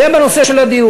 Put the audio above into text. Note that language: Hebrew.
זה היה בנושא של הדיור.